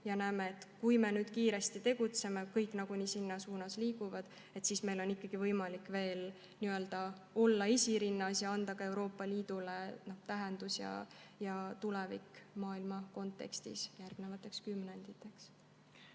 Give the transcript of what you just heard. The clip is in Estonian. põhjust. Kui me nüüd kiiresti tegutseme, kõik nagunii selles suunas liiguvad, siis on meil võimalik veel olla esirinnas ja anda ka Euroopa Liidule tähendus ja tulevik maailma kontekstis järgnevateks kümnenditeks.